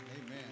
Amen